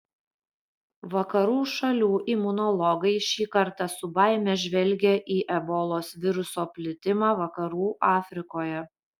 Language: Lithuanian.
vakarų šalių imunologai šį kartą su baime žvelgė į ebolos viruso plitimą vakarų afrikoje